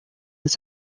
this